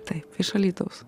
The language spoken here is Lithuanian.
taip iš alytaus